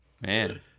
man